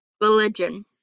religion